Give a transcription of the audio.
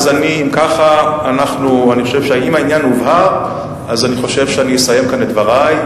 אז אני חושב שאני אסיים כאן את דברי.